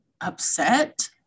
upset